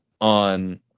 on